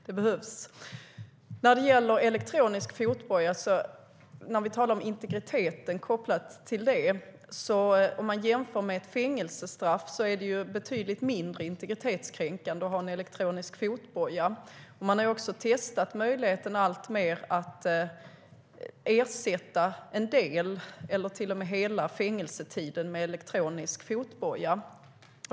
Det behövs. När det gäller elektronisk fotboja och integriteten kopplat till det så är det betydligt mindre integritetskränkande än ett fängelsestraff. Man har också alltmer testat möjligheterna att ersätta en del av eller till och med hela fängelsetiden med elektronisk fotboja.